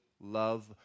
love